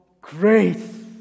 grace